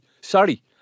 sorry